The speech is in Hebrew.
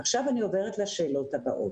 עכשיו אני עוברת לשאלות הבאות.